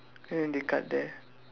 and then they cut there